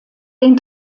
den